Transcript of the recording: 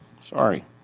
Sorry